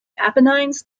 apennines